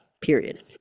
period